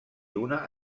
una